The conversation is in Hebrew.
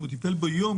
אם הוא טיפל בו יום,